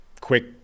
quick